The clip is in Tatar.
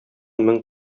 мең